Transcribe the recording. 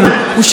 מה קרה?